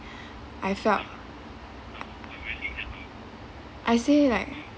I felt I say like